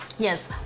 Yes